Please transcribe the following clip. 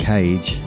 Cage